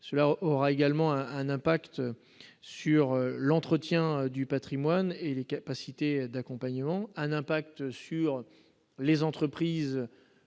cela aura également un impact sur l'entretien du Patrimoine et les capacités d'accompagnement, un impact sur les entreprises